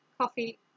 Coffee